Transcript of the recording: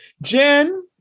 Jen